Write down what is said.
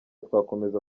twakomeza